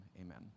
amen